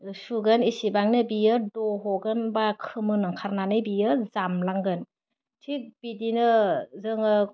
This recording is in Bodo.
सुगोन एसेबांनो बियो दह'गोन बा खोमोन ओंखारनानै बियो जामलांगोन थिग बिदिनो जोङो